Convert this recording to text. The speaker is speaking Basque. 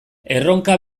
erronka